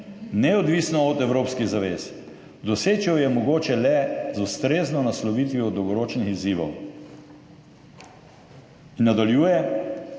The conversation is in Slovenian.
neodvisno od evropskih zavez. Doseči jo je mogoče le z ustrezno naslovitvijo dolgoročnih izzivov.« In nadaljuje: